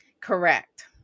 Correct